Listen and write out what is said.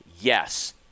yes